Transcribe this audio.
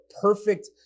perfect